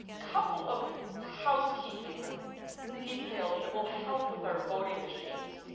couple of housekeeping details that will help with our voting machines.